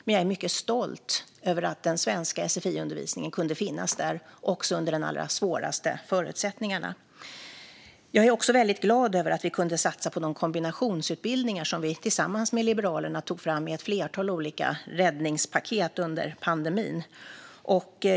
Men jag är mycket stolt över att den svenska sfi-undervisningen kunde finnas där också under de allra svåraste förutsättningarna. Jag är också väldigt glad över att vi kunde satsa på de kombinationsutbildningar som vi tillsammans med Liberalerna tog fram i ett flertal olika räddningspaket under pandemin.